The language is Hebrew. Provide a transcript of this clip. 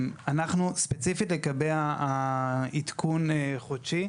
אנחנו ספציפית לגבי העדכון החודשי,